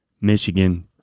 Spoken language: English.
Michigan